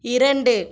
இரண்டு